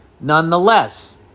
nonetheless